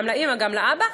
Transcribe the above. גם לאימא וגם לאבא,